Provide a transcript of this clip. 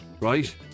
right